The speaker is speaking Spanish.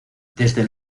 desde